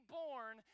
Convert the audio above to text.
born